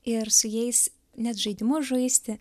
ir su jais net žaidimus žaisti